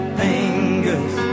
fingers